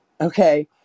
okay